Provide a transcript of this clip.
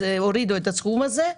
הורידו וניכו את הסכום הזה,